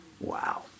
Wow